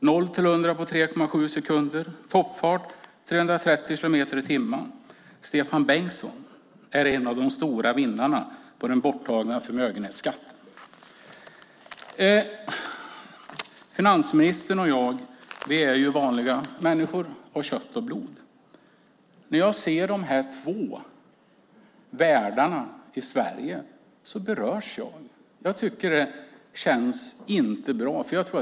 Noll till hundra på 3,7 sekunder. Toppfart 330 kilometer i timmen. Stefan Bengtsson är en av de stora vinnarna på den borttagna förmögenhetsskatten." Finansministern och jag är vanliga människor av kött och blod. När jag ser de här två världarna i Sverige berörs jag. Det känns inte bra.